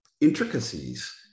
intricacies